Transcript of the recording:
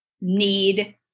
need